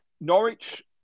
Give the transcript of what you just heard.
Norwich